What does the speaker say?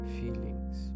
feelings